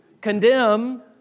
condemn